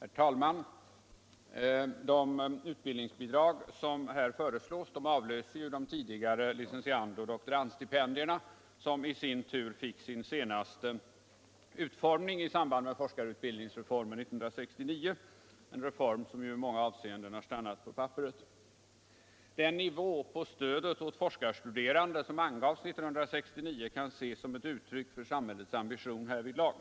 Herr talman! De utbildningsbidrag som här föreslås avlöser de tidigare licentiandoch doktorandstipendierna som i sin tur fick sin senaste utformning i samband med forskarutbildningsreformen 1969 — en reform som i många avseenden har stannat på papperet. Den nivå på stödet åt forskarstuderande som angavs 1969 kan ses som ett uttryck för samhällets ambition härvidlag.